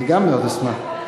אני גם מאוד אשמח.